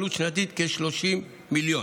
בעלות שנתית של כ-30 מיליון.